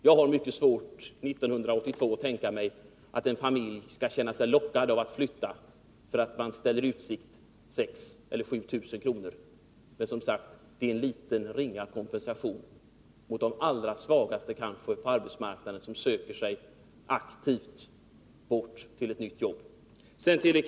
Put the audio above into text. Jag har mycket svårt att tänka mig att en familj 1982 skall känna sig lockad att flytta för att man ställs i utsikt 6 000 eller 7 000 kr., utan det är, som sagt, en liten, ringa kompensation till de kanske allra svagaste på arbetsmarknaden som aktivt söker sig bort, till ett nytt jobb.